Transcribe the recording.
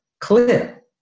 clear